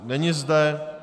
Není zde.